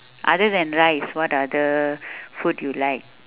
other than rice what other food you like